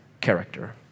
character